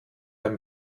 ein